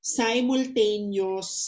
simultaneous